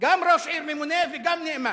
גם ראש עיר ממונה וגם נאמן.